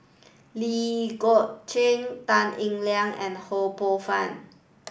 lee Gek Tan Eng Liang and Ho Poh Fun